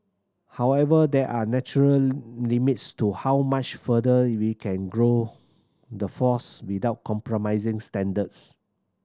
however there are natural limits to how much further we can grow the force without compromising standards